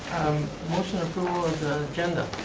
motion approval is on the agenda.